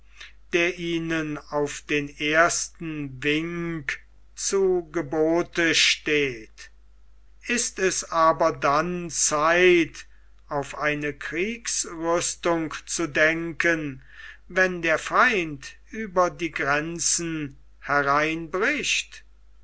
der ihnen auf den ersten wink zu gebote steht ist es aber dann zeit auf eine kriegsrüstung zu denken wenn der feind über die grenzen hereinbricht